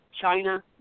China